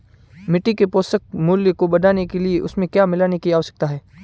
मिट्टी के पोषक मूल्य को बढ़ाने के लिए उसमें क्या मिलाने की आवश्यकता है?